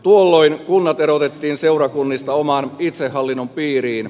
tuolloin kunnat erotettiin seurakunnista oman itsehallinnon piiriin